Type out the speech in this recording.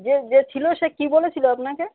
যে যে ছিলো সে কী বলেছিলো আপনাকে